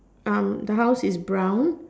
um the house is brown